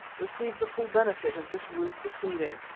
received the full benefit of this rude proceeding.